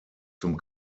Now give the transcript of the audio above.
zum